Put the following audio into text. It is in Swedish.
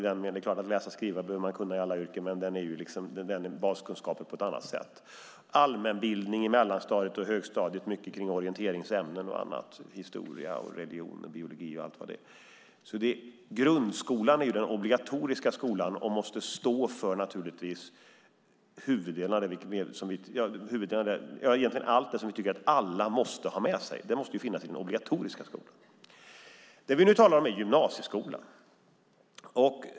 Att läsa och skriva behöver man förstås kunna i alla yrken, men lågstadiet handlar om baskunskaper. På mellanstadiet och högstadiet handlar det om allmänbildning. Det är mycket orienteringsämnen, till exempel historia, religion och biologi. Grundskolan är den obligatoriska skolan och måste stå för allt det som vi tycker att alla måste ha med sig. Det vi nu talar om är gymnasieskolan.